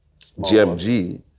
GMG